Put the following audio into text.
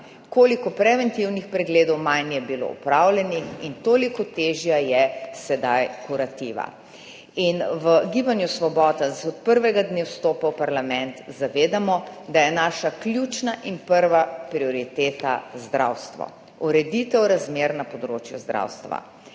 koliko preventivnih pregledov manj je bilo opravljenih, in toliko težja je sedaj kurativa. V Gibanju Svoboda se od prvega dne vstopa v parlament zavedamo, da je naša ključna in prva prioriteta zdravstvo, ureditev razmer na področju zdravstva.